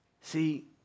See